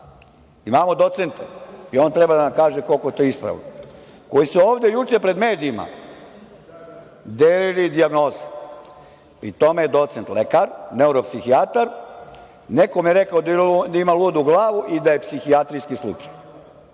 Imamo docenta i on treba da nam kaže koliko je to ispravno, koji su ovde juče pred medijima delili dijagnoze, pri tome je docent lekar, neuropsihijatar, nekome je rekao da ima ludu glavu i da je psihijatrijski slučaj.